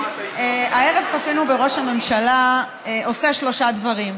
הערב צפינו בראש הממשלה עושה שלושה דברים: